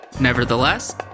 Nevertheless